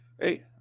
hey